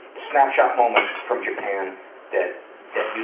snapshot moments from japan that, that you